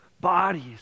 bodies